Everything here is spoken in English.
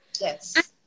Yes